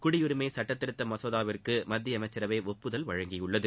குடியுரிமை சுட்ட திருத்த மசோதாவுக்கு மத்திய அமைச்சரவை ஒப்புதல் வழங்கியுள்ளது